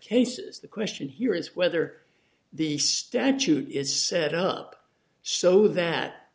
cases the question here is whether the statute is set up so that